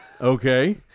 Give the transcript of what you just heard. Okay